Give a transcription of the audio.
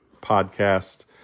podcast